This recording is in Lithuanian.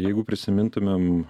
jeigu prisimintumėm